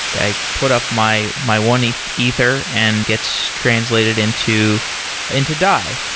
i put up my my one ether ether and gets translated into into dai.